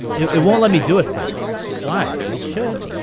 it it won't let me do it for this. why it should.